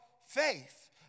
faith